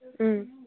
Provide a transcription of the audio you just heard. ꯎꯝ